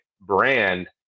brand